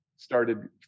started